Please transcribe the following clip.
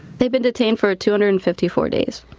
they've been detained for two hundred and fifty four days.